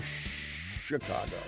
Chicago